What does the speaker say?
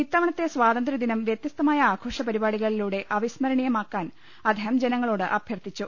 ഇത്തവണത്തെ സ്വാതന്ത്യദിനം വൃത്യസ്ഥമായ ആഘോഷപരിപാടി കളിലൂടെ അവിസ്മരണീയമാക്കാൻ അദ്ദേഹം ജനങ്ങളോട് അഭ്യർത്ഥിച്ചു